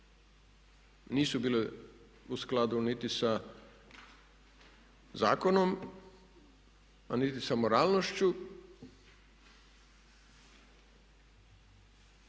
nisu bile u skladu niti sa zakonom a niti sa moralnošću.